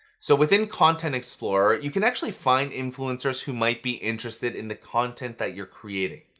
so within content explorer, you can actually find influencers who might be interested in the content that you're creating.